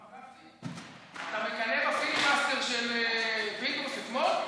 הרב גפני, אתה מקנא בפיליבסטר של פינדרוס אתמול?